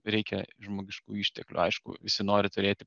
reikia žmogiškųjų išteklių aišku visi nori turėti